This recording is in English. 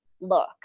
look